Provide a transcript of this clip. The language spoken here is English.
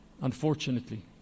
Unfortunately